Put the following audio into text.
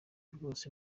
rwose